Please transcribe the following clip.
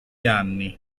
anni